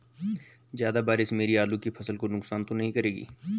ज़्यादा बारिश मेरी आलू की फसल को नुकसान तो नहीं करेगी?